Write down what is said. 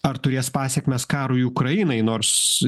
ar turės pasekmes karui ukrainai nors